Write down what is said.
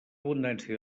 abundància